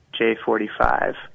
J45